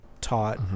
taught